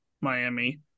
Miami